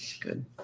Good